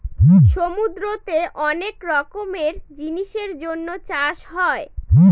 সমুদ্রতে অনেক রকমের জিনিসের জন্য চাষ হয়